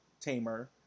tamer